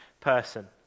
person